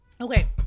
Okay